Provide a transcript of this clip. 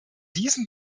diesem